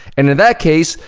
and in that case,